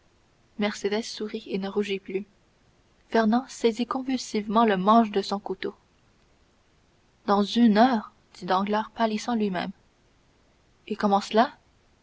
mercédès sourit et ne rougit plus fernand saisit convulsivement le manche de son couteau dans une heure dit danglars pâlissant lui-même et comment cela